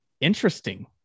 interesting